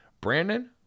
Brandon